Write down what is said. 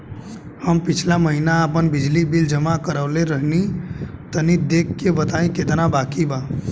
हम पिछला महीना आपन बिजली बिल जमा करवले रनि तनि देखऽ के बताईं केतना बाकि बा?